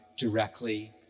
directly